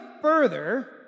further